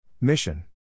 Mission